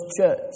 church